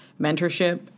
mentorship